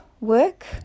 work